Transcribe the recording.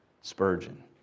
Spurgeon